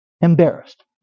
embarrassed